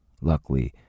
Luckily